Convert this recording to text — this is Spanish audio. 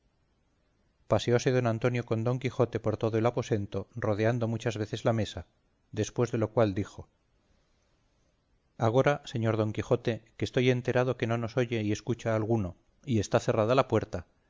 bronce paseóse don antonio con don quijote por todo el aposento rodeando muchas veces la mesa después de lo cual dijo agora señor don quijote que estoy enterado que no nos oye y escucha alguno y está cerrada la puerta